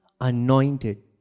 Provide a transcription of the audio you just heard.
anointed